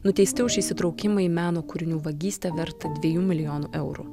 nuteisti už įsitraukimą į meno kūrinių vagystę vertą dviejų milijonų eurų